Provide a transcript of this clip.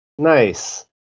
Nice